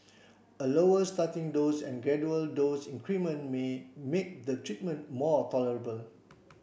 a lower starting dose and gradual dose increment may make the treatment more tolerable